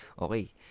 okay